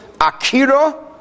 akira